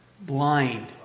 Blind